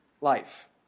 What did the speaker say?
life